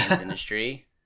industry